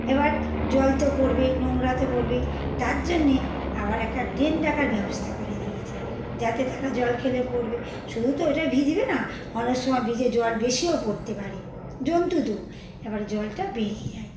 এবার জল তো পড়বে নোংরা তো পড়বে তার জন্যে আবার একটা ড্রেন রাখার ব্যবস্থা করে দিয়েছি যাতে তারা জল খেলে পড়বে শুধু তো ওটা ভিজবে না অনেক সময় ভিজে জল বেশিও পড়তে পারে জন্তু তো এবারে জলটা বেরিয়ে যায়